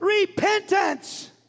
repentance